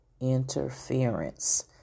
interference